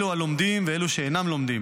אלו הלומדים ואלו שאינם לומדים.